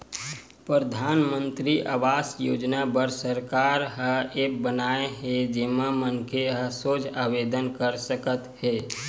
परधानमंतरी आवास योजना बर सरकार ह ऐप बनाए हे जेमा मनखे ह सोझ आवेदन कर सकत हे